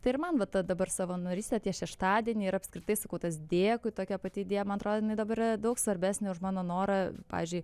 tai ir man va ta dabar savanorystė tie šeštadieniai ir apskritai sakau tas dėkui tokia pati idėja man atrodo jinai dabar yra daug svarbesnė už mano norą pavyzdžiui